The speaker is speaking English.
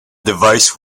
device